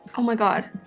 oh my god.